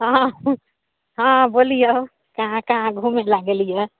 हँ हँ हँ बोलिऔ काहाँ काहाँ घुमय लए गेलियै